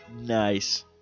Nice